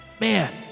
Man